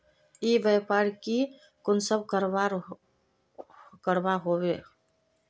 ई व्यापार की कुंसम करवार करवा होचे?